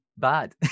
bad